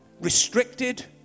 restricted